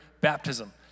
baptism